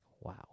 wow